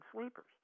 sleepers